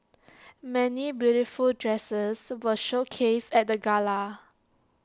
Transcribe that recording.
many beautiful dresses were showcased at the gala